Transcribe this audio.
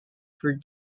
for